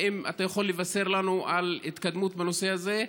האם אתה יכול לבשר לנו על התקדמות בנושא הזה?